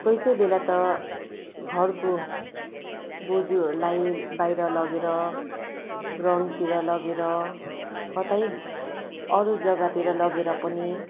कोही कोही बेला त घरको बज्यूहरूलाई बाहिर लगेर ग्राउन्डतिर लगेर कतै अरू जग्गातिर लगेर पनि